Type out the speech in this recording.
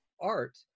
art